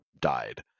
died